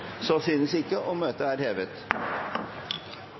Så synes ikke, og møtet er hevet.